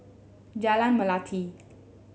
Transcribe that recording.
Jalan Melati